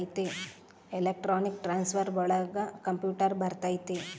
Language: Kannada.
ಎಲೆಕ್ಟ್ರಾನಿಕ್ ಟ್ರಾನ್ಸ್ಫರ್ ಒಳಗ ಕಂಪ್ಯೂಟರ್ ಬರತೈತಿ